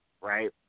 right